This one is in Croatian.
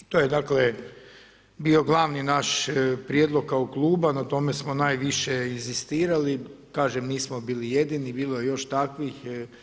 To je, dakle, bio glavni naš prijedlog kao kluba, na tome smo najviše inzistirali, kažem, nismo bili jedini, bilo je još takvih.